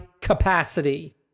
capacity